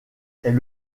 est